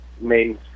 main